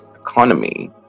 economy